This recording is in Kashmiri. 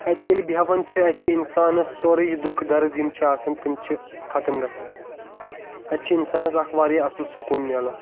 اَتہِ ییٚلہِ بیٚہوان چھِ اَتہِ چھِ اِنسانس سورُے یہِ دُکھ درد یِم چھِ آسان تِم چھِ ختٕم گژھان اَتہِ چھِ اِنسانَس اکھ واریاہ سکوٗن میلان